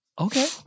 Okay